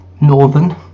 Northern